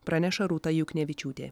praneša rūta juknevičiūtė